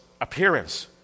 appearance